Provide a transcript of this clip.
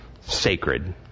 sacred